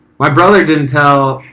my brother didn't tell